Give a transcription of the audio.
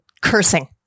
cursing